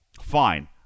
fine